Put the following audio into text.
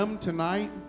tonight